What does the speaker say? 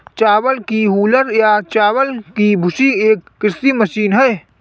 चावल की हूलर या चावल की भूसी एक कृषि मशीन है